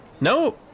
no